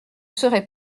serait